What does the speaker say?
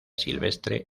silvestre